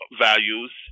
values